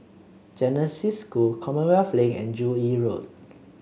Genesis School Commonwealth Link and Joo Yee Road